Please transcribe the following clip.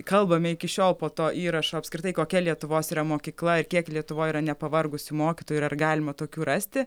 kalbame iki šiol po to įrašo apskritai kokia lietuvos yra mokykla kiek lietuvoj yra nepavargusių mokytojų ir ar galima tokių rasti